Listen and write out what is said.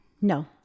No